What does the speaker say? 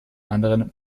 anderen